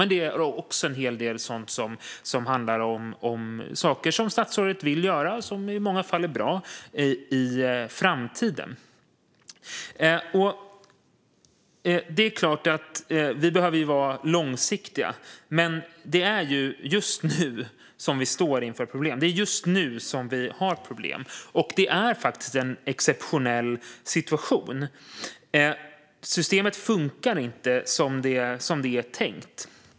Där finns också en hel del sådant som statsrådet vill göra och som i många fall är bra, men de ska göras i framtiden. Vi behöver såklart vara långsiktiga, men det är just nu som vi har problem. Vi har en exceptionell situation. Systemet funkar inte som det är tänkt.